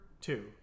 two